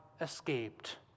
escaped